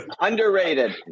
underrated